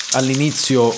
all'inizio